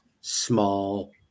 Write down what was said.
small